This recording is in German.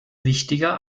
wichtiger